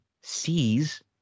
sees